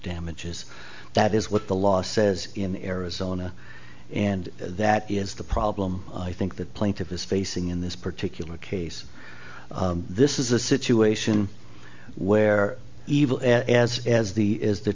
damages that is what the law says in arizona and that is the problem i think that plaintiff is facing in this particular case this is a situation where evil as as the is the